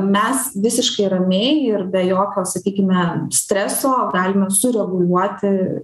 mes visiškai ramiai ir be jokio sakykime streso galime sureguliuoti